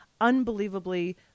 unbelievably